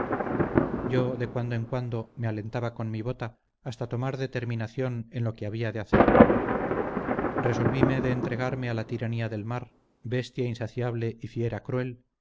yo de cuando en cuando me alentaba con mi bota hasta tomar determinación en lo que había de hacer resolvíme de entregarme a la tiranía del mar bestia insaciable y fiera cruel